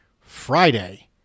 Friday